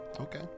Okay